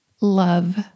love